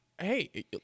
Hey